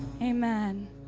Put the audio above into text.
amen